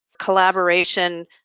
collaboration